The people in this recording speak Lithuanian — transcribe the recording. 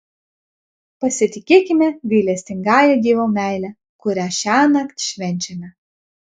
pasitikėkime gailestingąja dievo meile kurią šiąnakt švenčiame